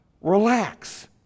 Relax